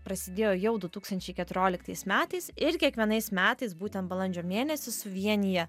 prasidėjo jau du tūkstančiai keturioliktais metais ir kiekvienais metais būtent balandžio mėnesį suvienija